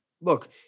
look –